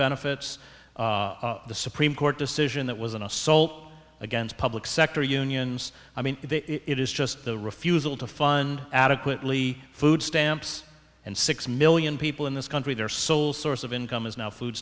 benefits the supreme court decision that was an assault against public sector unions i mean it is just the refusal to fund adequately food stamps and six million people in this country their sole source of income is now food